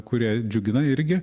kurie džiugina irgi